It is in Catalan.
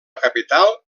capital